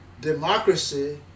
Democracy